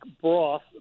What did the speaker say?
BROTH